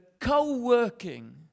co-working